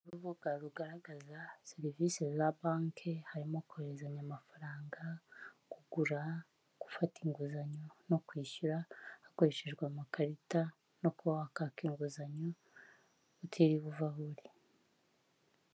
Ni urubuga rugaragaza serivisi za banki harimo kohererezanya amafaranga, kugura gufata inguzanyo no kwishyura hakoreshejwe amakarita no kubakaka inguzanyo utiriwe uva aho uri.